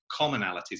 commonalities